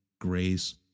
grace